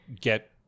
get